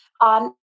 on